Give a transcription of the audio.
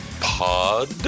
pod